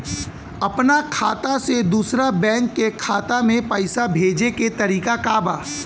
अपना खाता से दूसरा बैंक के खाता में पैसा भेजे के तरीका का बा?